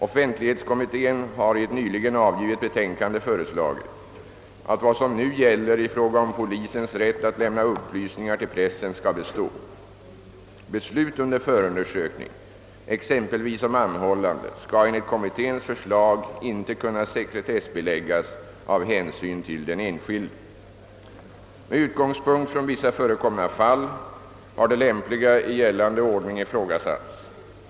Offentlighetskommittén har i ett nyligen avgivet betänkande föreslagit, att vad som nu gäller i fråga om polisens rätt att lämna upplysningar till pressen skall bestå. Beslut under förundersökning, exempelvis om anhållande, skall enligt kommitténs förslag inte kunna sekretessbeläggas av hänsyn till den enskilde. Med utgångspunkt från vissa förekomna fall har det lämpliga i gällande ordning ifrågasatts.